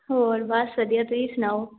ਹੋਰ ਬਸ ਵਧੀਆ ਤੁਸੀਂ ਸੁਣਾਓ